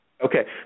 Okay